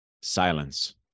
Silence